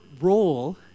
role